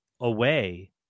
away